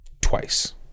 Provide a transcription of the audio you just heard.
twice